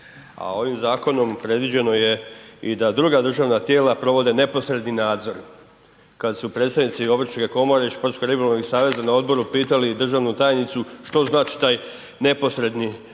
ovim zakonom predviđeno je i da druga državna tijela provode neposredni nadzor kada su predstavnici obrtničke komore i športsko ribolovnih saveza na odboru pitali državnu tajnicu što znači taj neposredni nadzor